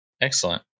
Excellent